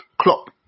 Klopp